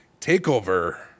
Takeover